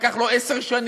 זה לקח לו עשר שנים,